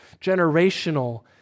generational